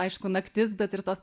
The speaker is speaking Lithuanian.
aišku naktis bet ir tos